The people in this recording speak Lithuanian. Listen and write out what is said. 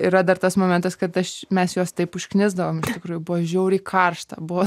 yra dar tas momentas kad aš mes juos taip užknisdavom iš tikrųjų buvo žiauriai karšta buvo